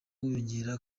wiyongera